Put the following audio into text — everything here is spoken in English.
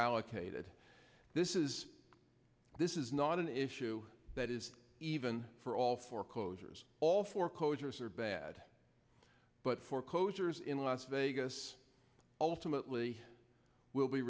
allocated this is this is not an issue that is even for all foreclosures all foreclosures are bad but foreclosures in las vegas ultimately will be